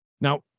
Now